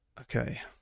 Okay